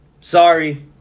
Sorry